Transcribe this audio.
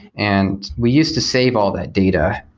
and we used to save all that data.